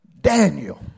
Daniel